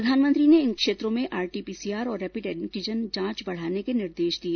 प्रधानमंत्री ने इन क्षेत्रों में आरटी पीसीआर और रेपिड एंटीजन जांच बढ़ाने के निर्देश दिए